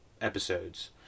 episodes